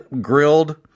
grilled